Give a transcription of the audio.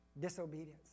disobedience